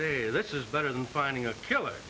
mind this is better than finding a killer